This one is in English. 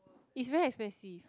is very expensive